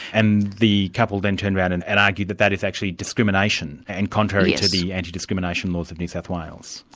and the couple then turned around and and argued that that is actually discrimination, and contrary to the anti-discrimination laws of new south wales.